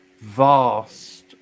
vast